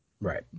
right